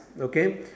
okay